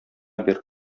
бир